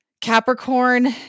Capricorn